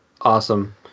awesome